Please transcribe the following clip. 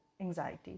anxiety